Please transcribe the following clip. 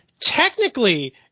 technically